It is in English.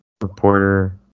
reporter